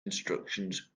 instructions